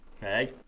Hey